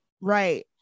Right